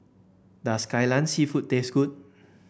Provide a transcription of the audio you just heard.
does Kai Lan seafood taste good